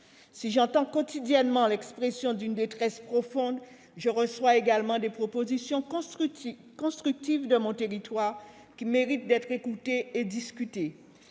Si j'entends quotidiennement l'expression d'une détresse profonde, je reçois également des propositions constructives de mon territoire, qui méritent d'être écoutées et discutées.